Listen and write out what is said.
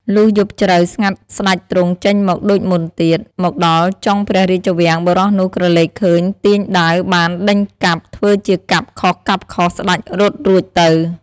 លុះយប់ជ្រៅស្ងាត់ស្តេចទ្រង់ចេញមកដូចមុនទៀត មកដល់ចុងព្រះរាជវាំង បុរសនោះក្រឡេកឃើញទាញដាវបានដេញកាប់ ធ្វើជាកាប់ខុសៗស្តេចរត់រួចទៅ ។